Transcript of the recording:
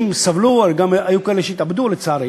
אנשים סבלו, היו כאלה שהתאבדו, לצערי.